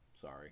Sorry